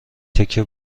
تکه